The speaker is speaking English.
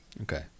Okay